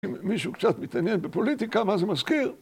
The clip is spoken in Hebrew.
אם מישהו קצת מתעניין בפוליטיקה, מה זה מזכיר?